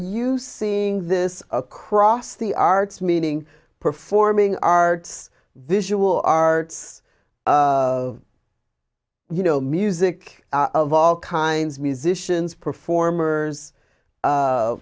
you seeing this across the arts meaning performing arts visual r of you know music of all kinds musicians performers